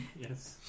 Yes